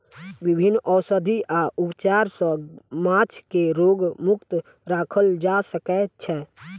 विभिन्न औषधि आ उपचार सॅ माँछ के रोग मुक्त राखल जा सकै छै